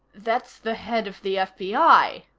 that's the head of the fbi,